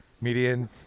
median